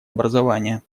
образование